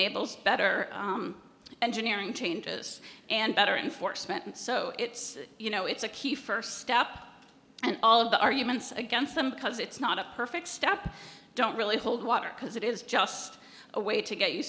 enables better engineering changes and better enforcement and so it's you know it's a key first step and all of the arguments against them because it's not a perfect stop don't really hold water because it is just a way to get you